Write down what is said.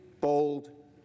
bold